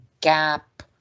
Gap